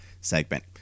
segment